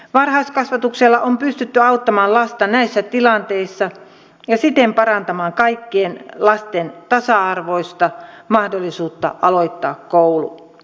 varhaiskasvatuksella on pystytty auttamaan lasta näissä tilanteissa ja siten parantamaan kaikkien lasten tasa arvoista mahdollisuutta aloittaa koulu